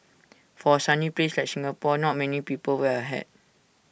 for A sunny place like Singapore not many people wear A hat